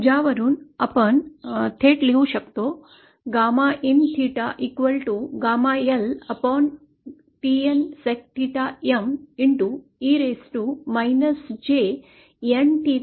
ज्यावरून आपण थेट लिहू शकतो gamma in 𝚹 γL TN sec e raised to